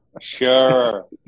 Sure